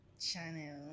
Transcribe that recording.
Channel